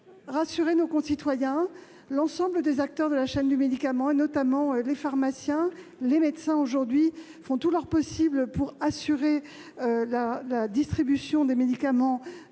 rassurer nos concitoyens : l'ensemble des acteurs de la chaîne du médicament, notamment les pharmaciens et les médecins, font aujourd'hui tout leur possible pour assurer la distribution des médicaments